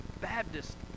Baptist